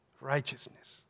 righteousness